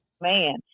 Man